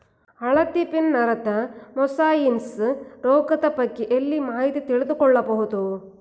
ಹಳದಿ ವೀನ್ ನರದ ಮೊಸಾಯಿಸ್ ರೋಗದ ಬಗ್ಗೆ ಎಲ್ಲಿ ಮಾಹಿತಿ ತಿಳಿದು ಕೊಳ್ಳಬಹುದು?